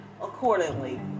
accordingly